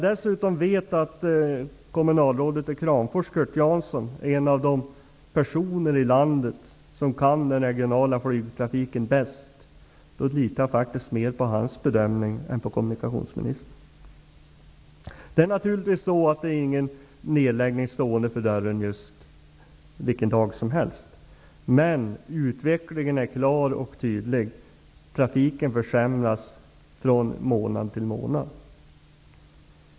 Dessutom vet jag att kommunalrådet i Kramfors, Kurt Jansson, är en av de personer i landet som bäst kan den regionala flygtrafiken, så jag litar faktiskt mer på hans bedömning än på kommunikationsministerns. Naturligtvis står inte en nedläggning för dörren vilken dag som helst, men utvecklingen är klar och tydlig: Trafiken försämras från månad till månad.